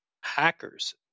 hackers